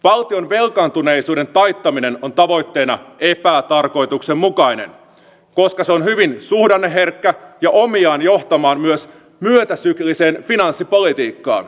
valtion velkaantuneisuuden taittaminen on tavoitteena epätarkoituksenmukainen koska se on hyvin suhdanneherkkä ja omiaan johtamaan kovin myötäsykliseen finanssipolitiikkaan